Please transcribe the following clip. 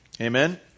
Amen